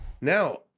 now